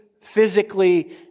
physically